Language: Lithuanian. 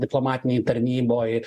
diplomatinėj tarnyboj